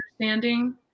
understanding